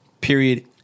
Period